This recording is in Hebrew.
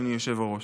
אדוני היושב-ראש: